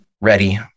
ready